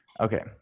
Okay